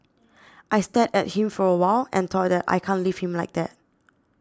I stared at him for a while and thought that I can't leave him like that